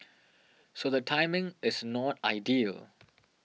so the timing is not ideal